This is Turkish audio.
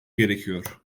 gerekiyor